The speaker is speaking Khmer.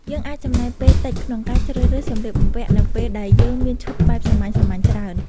យើងអាចចំណាយពេលតិចក្នុងការជ្រើសរើសសម្លៀកបំពាក់នៅពេលដែលយើងមានឈុតបែបសាមញ្ញៗច្រើន។